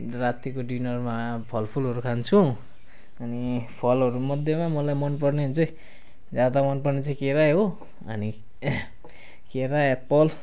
रातिको डिनरमा फलफुलहरू खान्छु अनि फलहरूमध्येमा मलाई मन पर्ने चाहिँ ज्यादा मन पर्ने चाहिँ केरै हो अनि केरा एप्पल